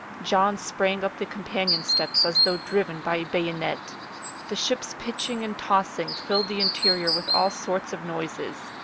john sprang up the companion-steps as though driven by a bayonet the ship's pitching and tossing filled the interior with all sorts of noises,